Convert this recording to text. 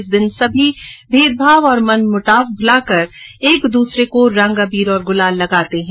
इस दिन सभी भेदभाव और मन मुटाव भुलाकर लोग एक दूसरे को रंग और अबीर गुलाल लगाते हैं